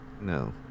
no